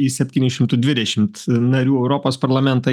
į septynių šimtų dvidešimt narių europos parlamentą